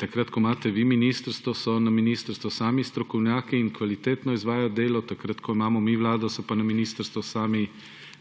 takrat, ko imate vi ministrstvo, so na ministrstvu sami strokovnjaki in kvalitetno izvajajo delo, takrat, ko imamo mi vlado, so pa na ministrstvu sami,